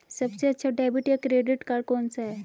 सबसे अच्छा डेबिट या क्रेडिट कार्ड कौन सा है?